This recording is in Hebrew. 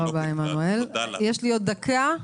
בבקשה.